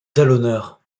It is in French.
talonneur